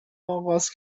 آغاز